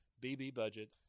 B-B-budget